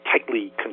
tightly